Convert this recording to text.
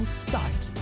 start